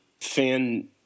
fan